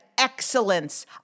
excellence